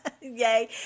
Yay